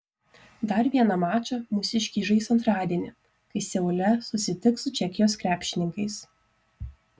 dar vieną mačą mūsiškiai žais antradienį kai seule susitiks su čekijos krepšininkais